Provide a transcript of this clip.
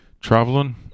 traveling